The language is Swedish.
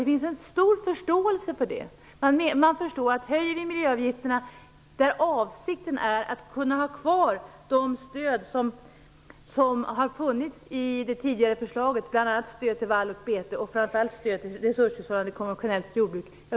Det finns en stor förståelse för en höjning av miljöavgifterna med avsikten att kunna ha kvar de stöd som funnits i det tidigare förslaget, bl.a. stödet till vall och bete och till resurshushållande konventionellt jordbruk.